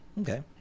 Okay